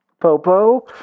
Popo